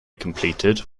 completed